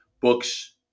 books